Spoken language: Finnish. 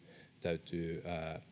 täytyy